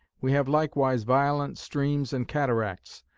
we have likewise violent streams and cataracts,